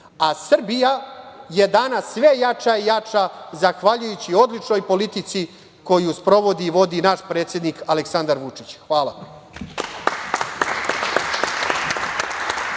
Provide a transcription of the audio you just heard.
a Srbija je danas sve jača i jača zahvaljujući odličnoj politici koju vodi i sprovodi naš predsednik Aleksandar Vučić. Hvala.